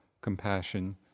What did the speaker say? compassion